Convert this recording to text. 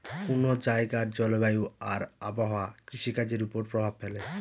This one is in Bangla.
কোন জায়গার জলবায়ু আর আবহাওয়া কৃষিকাজের উপর প্রভাব ফেলে